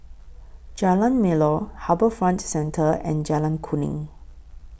Jalan Melor HarbourFront Centre and Jalan Kuning